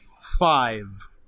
five